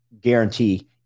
guarantee